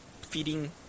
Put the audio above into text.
feeding